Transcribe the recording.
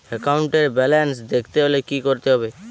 একাউন্টের ব্যালান্স দেখতে হলে কি করতে হবে?